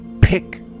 pick